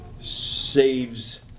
saves